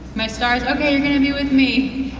my stars? okay you're going to be with me,